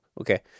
okay